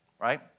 Right